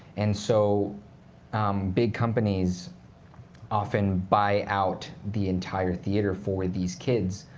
and so big companies often buy out the entire theater for these kids.